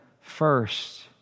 first